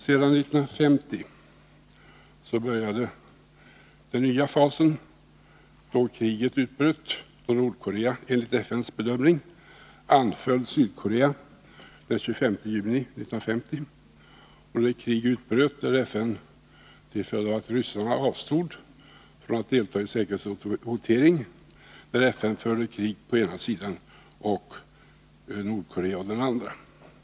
1950 började den nya fasen, då kriget utbröt. Nordkorea anföll, enligt FN:s bedömning, Sydkorea den 25 juni 1950. FN förde kriget på ena sidan — sedan Sovjet uteblivit från säkerhetsrådet — och Nordkorea på den andra, och sedermera även Kina.